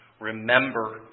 Remember